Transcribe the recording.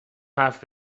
حرف